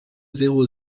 zéro